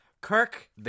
Kirk